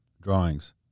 Drawings